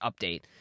Update